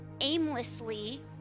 aimlessly